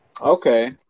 Okay